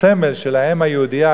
הסמל של האם היהודייה,